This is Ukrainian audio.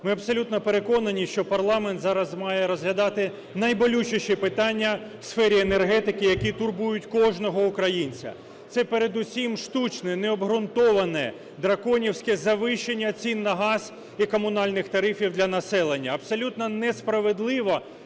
Ми абсолютно переконані, що парламент зараз має розглядати найболючіші питання у сфері енергетики, які турбують кожного українця. Це передусім штучне, необґрунтоване, драконівське завищення цін на газ і комунальних тарифів для населення. Абсолютно несправедливо